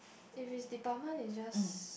if is department is just